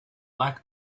lack